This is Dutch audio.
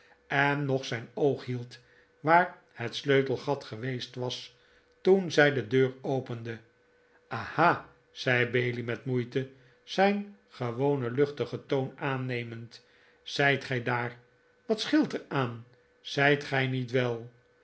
en nog zijn oog hield waar het sleutelgat geweest was toen zij de deur opende aha zei bailey met moeite zijn gewonen luchtigen toon aannemend zijt gij daar wat scheelt er aan zijt gij niet wel